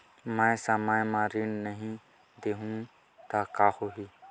मैं समय म ऋण नहीं देहु त का होही